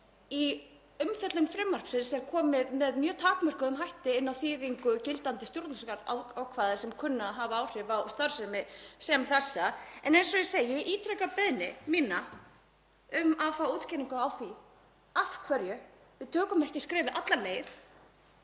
Í umfjöllun frumvarpsins er komið með mjög takmörkuðum hætti inn á þýðingu gildandi stjórnarskrárákvæða sem kunna að hafa áhrif á starfsemi sem þessa. En ég ítreka beiðni mína um að fá útskýringu á því af hverju við tökum ekki skrefið alla leið